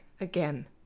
again